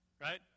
right